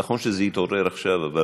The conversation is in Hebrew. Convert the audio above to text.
נכון שזה התעורר עכשיו, אבל